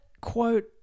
quote